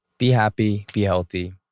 be happy, be healthy,